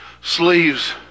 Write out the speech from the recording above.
sleeves